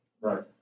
Right